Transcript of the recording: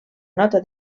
nota